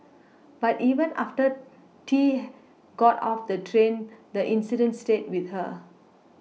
but even after T got off the train the incident stayed with her